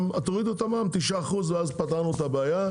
תורידו את המע"מ ל-9% ואז פתרנו את הבעיה,